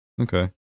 Okay